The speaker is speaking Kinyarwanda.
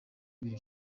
bibiri